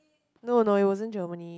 no no it wasn't Germany